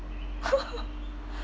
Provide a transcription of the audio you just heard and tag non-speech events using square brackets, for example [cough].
[laughs]